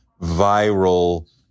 viral